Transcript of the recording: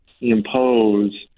impose